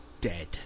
Dead